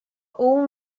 all